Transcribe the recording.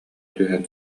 түһэн